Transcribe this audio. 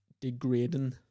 degrading